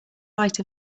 light